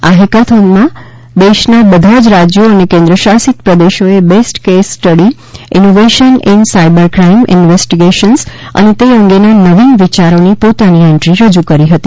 આ હેકાથોનમાં દેશના બધા જ રાજ્યો અને કેન્દ્રશાસિત પ્રદેશોએ best case study innovation in cyber crime investigations અને તે અંગેના નવિન વિચારોની પોતાની એન્ટ્રી રજૂ કરી હતી